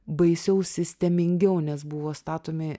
baisiau sistemingiau nes buvo statomi